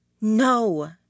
No